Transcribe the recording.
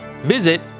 Visit